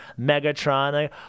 Megatron